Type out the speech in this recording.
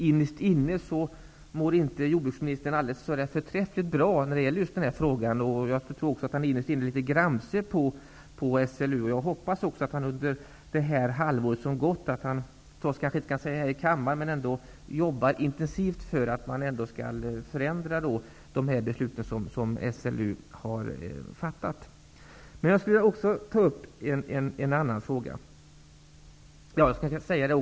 Innerst inne tror jag att jordbruksministern inte mår så alldeles förträffligt bra när det gäller den här frågan, och jag tror att han är litet gramse på SLU. Jag hoppas att jordbruksministern -- trots att han inte kan säga det här i kammaren -- jobbar intensivt för att de beslut som SLU har fattat skall ändras.